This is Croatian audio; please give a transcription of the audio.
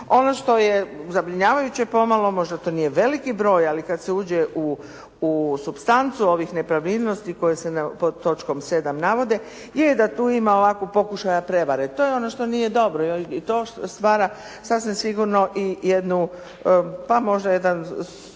Ono što je zabrinjavajuće pomalo, možda to nije veliki broj, ali kad se uđe u supstancu ovih nepravilnosti koje se pod točkom 7. navede je da tu ima ovako pokušaja prevare. To je ono što nije dobro i to stvara sasvim sigurno i jednu, pa možda jedan